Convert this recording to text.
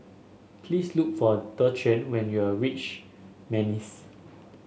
please look for Dequan when you reach Manis